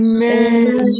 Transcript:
Amen